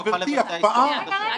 במובן הזה,